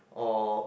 or